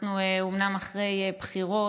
אומנם אנחנו אחרי בחירות,